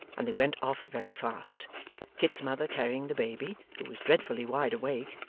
and they went off very fast kit's mother carrying the baby, who was dreadfully wide awake,